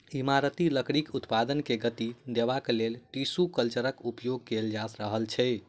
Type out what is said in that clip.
इमारती लकड़ीक उत्पादन के गति देबाक लेल टिसू कल्चरक उपयोग कएल जा रहल छै